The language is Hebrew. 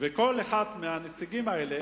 כל אחד מהנציגים האלה,